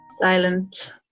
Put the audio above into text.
Silence